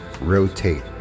rotate